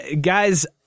Guys